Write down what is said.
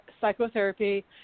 psychotherapy